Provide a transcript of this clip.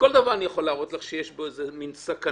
בכל דבר אני יכול להראות לך שיש מין סכנה.